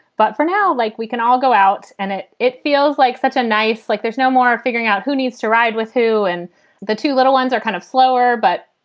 but for now, like, we can all go out and it it feels like such a nice. like there's no more figuring out who needs to ride with who. and the two little ones are kind of slower. but,